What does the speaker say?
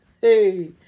Hey